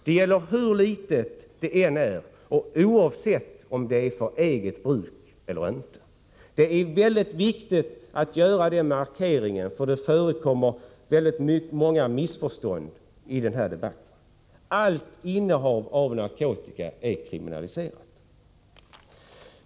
Det gäller hur litet det än är och oavsett om det är för eget eller andras bruk. Det är mycket viktigt att göra denna markering för det förekommer så många missförstånd i narkotikadebatten. Allt innehav av narkotika är kriminaliserat.